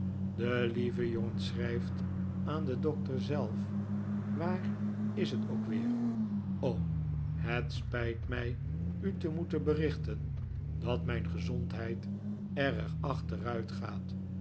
de lieve jongen schrijft aan den doctor zelf waar is het ook weer o het spijt mij u te moeten berichten dat mijn gezondheid erg achteruitgaat